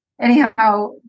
Anyhow